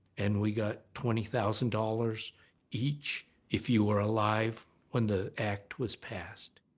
and we got twenty thousand dollars each if you were alive when the act was passed.